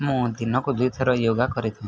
ମୁଁ ଦିନକୁ ଦୁଇ ଥର ୟୋଗା କରିଥାଏ